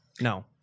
No